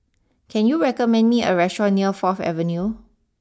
can you recommend me a restaurant near fourth Avenue